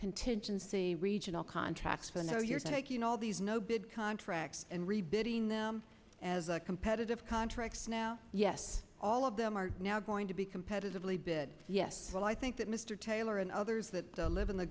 contingency regional contracts and how you're taking all these no bid contracts and rebuilding them as a competitive contracts now yes all of them are now going to be competitively bid yes well i think that mr taylor and others that live in the